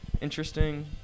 interesting